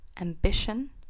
Ambition